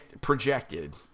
projected